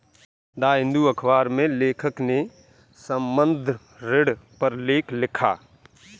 the Hindu अखबार में लेखक ने संबंद्ध ऋण पर लेख लिखा